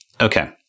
Okay